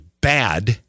bad